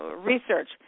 research